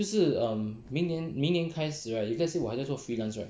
就是 err 明年开始 right if let's say 我还是在做 freelance right